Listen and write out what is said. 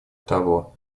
того